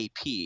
AP